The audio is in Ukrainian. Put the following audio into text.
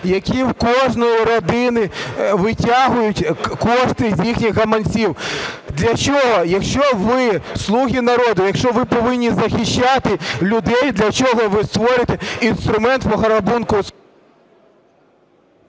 які в кожної родини витягують кошти з їхніх гаманців. Для чого? Якщо ви – слуги народу, якщо ви повинні захищати людей, для чого ви створюєте інструмент пограбунку…?